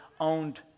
owned